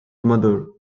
mother